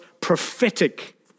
prophetic